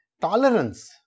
tolerance